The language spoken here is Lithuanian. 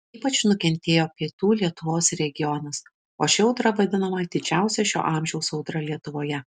ypač nukentėjo pietų lietuvos regionas o ši audra vadinama didžiausia šio amžiaus audra lietuvoje